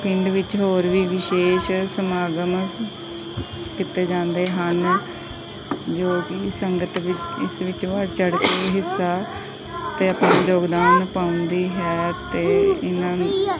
ਪਿੰਡ ਵਿੱਚ ਹੋਰ ਵੀ ਵਿਸ਼ੇਸ਼ ਸਮਾਗਮ ਕੀਤੇ ਜਾਂਦੇ ਹਨ ਜੋ ਕਿ ਸੰਗਤ ਵੀ ਇਸ ਵਿੱਚ ਵਧ ਚੜ੍ਹ ਕੇ ਹਿੱਸਾ ਅਤੇ ਆਪਣਾ ਯੋਗਦਾਨ ਪਾਉਂਦੀ ਹੈ ਅਤੇ ਇਹਨਾਂ